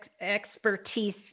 expertise